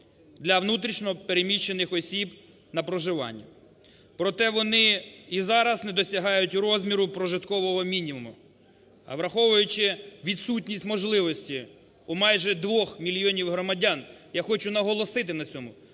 для внутрішньо переміщених осіб на проживання, проте вони і зараз не досягають розміру прожиткового мінімуму, а, враховуючи відсутність можливості у майже 2 мільйонів громадян, я хочу наголосити на цьому,